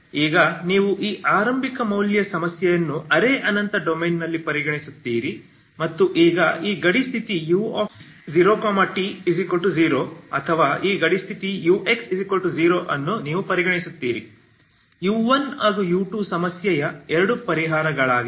ಈಗ ನೀವು ಈ ಆರಂಭಿಕ ಮೌಲ್ಯ ಸಮಸ್ಯೆಯನ್ನು ಅರೆ ಅನಂತ ಡೊಮೇನ್ನಲ್ಲಿ ಪರಿಗಣಿಸುತ್ತೀರಿ ಮತ್ತು ಈಗ ಈ ಗಡಿ ಸ್ಥಿತಿ u0t0 ಅಥವಾ ಈ ಗಡಿ ಸ್ಥಿತಿ ux0 ಅನ್ನು ನೀವು ಪರಿಗಣಿಸುತ್ತೀರಿ u1 ಹಾಗು u2 ಸಮಸ್ಯೆಯ ಎರಡು ಪರಿಹಾರಗಳಾಗಿವೆ